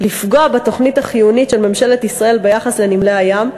לפגוע בתוכנית החיונית של ממשלת ישראל ביחס לנמלי הים,